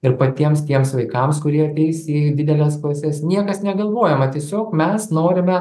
ir patiems tiems vaikams kurie ateis į dideles klases niekas negalvojama tiesiog mes norime